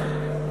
זמנך תם.